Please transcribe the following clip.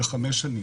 לחמש שנים.